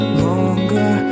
longer